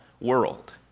world